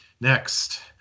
Next